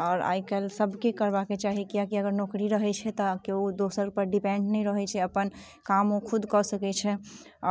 आओर आइ कल्हि सभके करबाक चाही किएकि अगर नौकरी रहै छै तऽ केओ दोसर पर डिपेण्ड नहि रहै छै अपन काम ओ खुद कऽ सकै छै